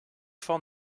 van